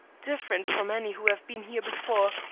different from any who have been here before,